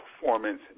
performance